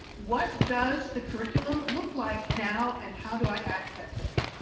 what does the curriculum look like now and how do i access it?